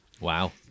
Wow